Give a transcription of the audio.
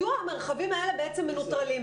מדוע המרחבים האלה מנוטרלים?